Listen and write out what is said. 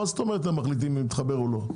מה זאת אומרת שהם מחליטים אם להתחבר או לא?